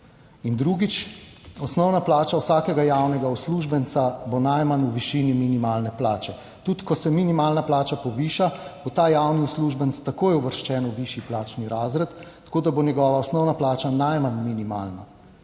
In drugič, osnovna plača vsakega javnega uslužbenca bo najmanj v višini minimalne plače. Tudi ko se minimalna plača poviša, bo ta javni uslužbenec takoj uvrščen v višji plačni razred tako, da bo njegova osnovna plača najmanj minimalna;